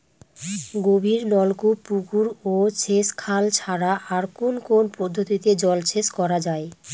গভীরনলকূপ পুকুর ও সেচখাল ছাড়া আর কোন কোন পদ্ধতিতে জলসেচ করা যায়?